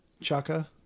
Chaka